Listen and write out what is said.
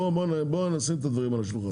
בואו נשים את הדברים על השולחן.